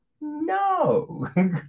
no